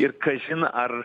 ir kažin ar